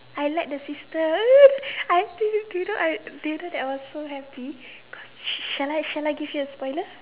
I like the sister I you know I did you know I was so happy cause shall I shall I give you a spoiler